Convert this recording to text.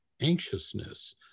anxiousness